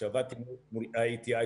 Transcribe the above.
כשעבדתי מול IATI,